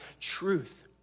truth